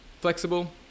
flexible